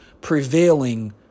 prevailing